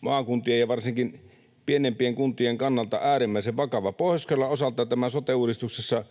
maakuntien ja varsinkin pienempien kuntien kannalta äärimmäisen vakava. Pohjois-Karjalan osalta tämä sote-uudistuksessa